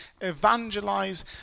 evangelize